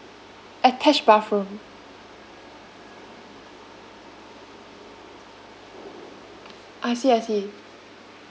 attached bathroom I see I see